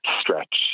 stretch